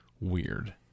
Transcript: weird